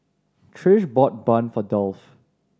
Trish bought bun for Dolph